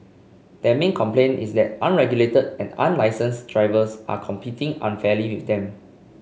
their main complaint is that unregulated and unlicensed drivers are competing unfairly with them